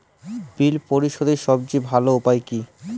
বিল পরিশোধের সবচেয়ে ভালো উপায় কী?